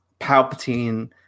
Palpatine